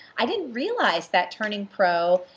i didn't realize that turning pro.